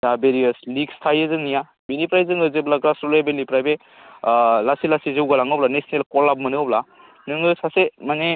बा बेरेियार लिक्स थायो जोंनिया बेनिफ्राय जोङो जेब्ला ग्रास रुट लेबेलनिफ्राय बे लासै लासै जौगालाङो अब्ला नेसनेल कलआप मोनो अब्ला नोङो सासे माने